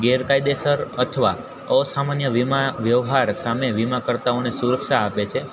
ગેરકાયદેસર અથવા અસામાન્ય વીમા વ્યવહાર સામે વીમાકર્તાઓને સુરક્ષા આપે છે